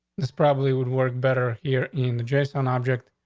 this probably would work better here in the jason object.